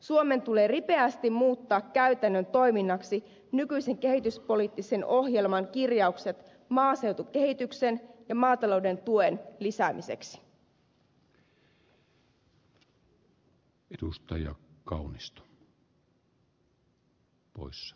suomen tulee ripeästi muuttaa käytännön toiminnaksi nykyisen kehityspoliittisen ohjelman kirjaukset maaseutukehityksen ja maatalouden tuen lisäämiseksi